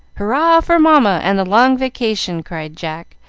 hurrah for mamma and the long vacation! cried jack,